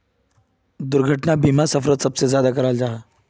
दुर्घटना बीमा सफ़रोत सबसे ज्यादा कराल जाहा